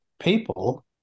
people